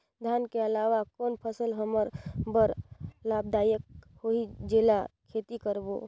धान के अलावा कौन फसल हमर बर लाभदायक होही जेला खेती करबो?